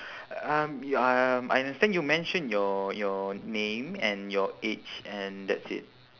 um you um I understand you mention your your name and your age and that's it